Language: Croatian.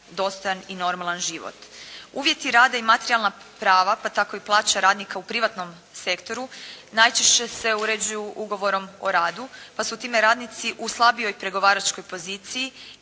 Uvjeti rada i materijalna prava pa tako i plaće radnika u privatnom sektoru najčešće se uređuju ugovorom o radu pa su time radnici u slabijoj pregovaračkoj poziciji